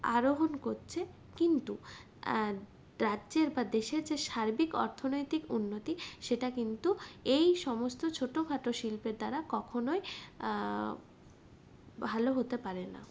আরোহণ করছে কিন্তু রাজ্যের বা দেশের যে সার্বিক অর্থনৈতিক উন্নতি সেটা কিন্তু এই সমস্ত ছোটো খাটো শিল্পের দ্বারা কখনই ভালো হতে পারে না